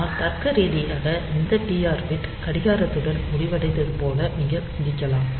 ஆனால் தர்க்கரீதியாக இந்த TR பிட் கடிகாரத்துடன் முடிவடைந்தது போல என்று நீங்கள் சிந்திக்கலாம்